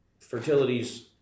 Fertilities